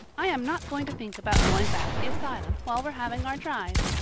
i am not going to think about going back to the asylum while we're having our drive.